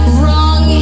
wrong